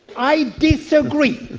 i disagree,